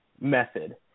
method